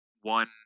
one